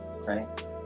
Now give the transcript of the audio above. right